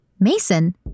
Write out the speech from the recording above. Mason